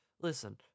Listen